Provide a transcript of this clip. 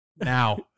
Now